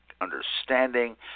understanding